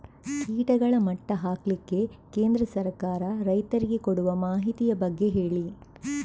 ಕೀಟಗಳ ಮಟ್ಟ ಹಾಕ್ಲಿಕ್ಕೆ ಕೇಂದ್ರ ಸರ್ಕಾರ ರೈತರಿಗೆ ಕೊಡುವ ಮಾಹಿತಿಯ ಬಗ್ಗೆ ಹೇಳಿ